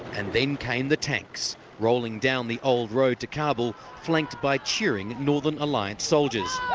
and then came the tanks, rolling down the old road to kabul, flanked by cheering northern alliance soldiers.